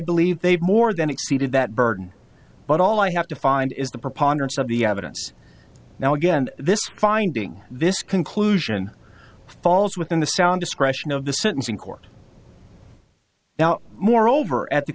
believe they've more than exceeded that burden but all i have to find is the preponderance of the evidence now again this finding this conclusion falls within the sound discretion of the sentencing court now moreover at the